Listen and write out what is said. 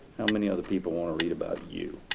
how many other people want to read about you,